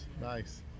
nice